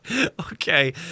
Okay